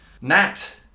Nat